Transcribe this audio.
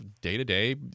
day-to-day